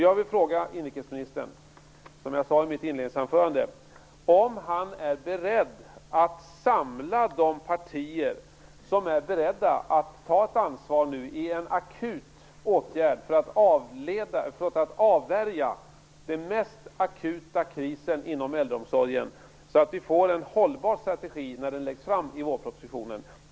Jag vill då fråga inrikesministern, som jag sade i mitt inledningsanförande, om han är beredd att samla de partier som är beredda att ta ett ansvar i en akut åtgärd för att avvärja den mest akuta krisen inom äldreomsorgen, så att vi får en hållbar strategi när denna väl läggs fram i vårpropositionen.